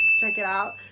check it out.